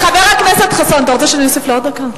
חבר הכנסת חסון, אתה רוצה שאני אוסיף לו דקה?